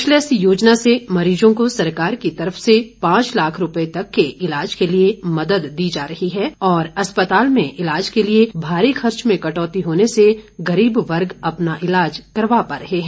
cashless योजना से मरीजों को सरकार की तरफ से पांच लाख रूपये तक के ईलाज के लिए मदद दी जा रही है और अस्पताल में ईलाज के लिए भारी खर्च में कटौती होने से गरीब वर्ग अपना ईलाज करवा पा रहे हैं